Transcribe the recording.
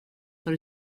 för